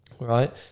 right